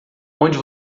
onde